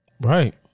Right